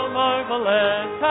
marvelous